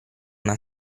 una